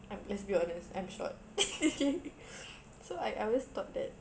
I'm let's be honest I'm short so I I always thought that